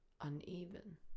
Uneven